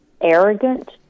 arrogant